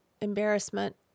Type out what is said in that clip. embarrassment